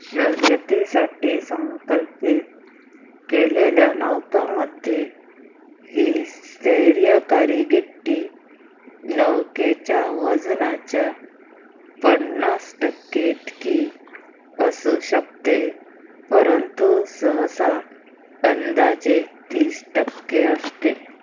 शर्यती साठी संकल्पित केलेल्या नौकांमध्ये ही स्थैर्यकारी गिट्टी नौकेच्या वजनाच्या पन्नास टक्के इतकी असू शकते परंतु सहसा अंदाजे तीस टक्के असते